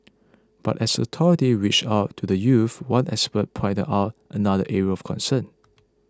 but as authority reach out to the youths one expert pointed out another area of concern